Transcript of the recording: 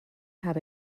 had